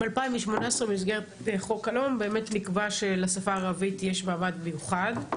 ב-2018 במסגרת חוק הלאום באמת נקבע שלשפה הערבית יש מעמד מיוחד.